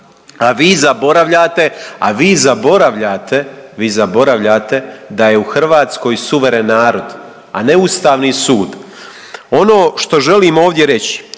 vi zaboravljate da je u Hrvatskoj suveren narod, a ne Ustavni sud. Ono što želim ovdje reći